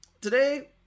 today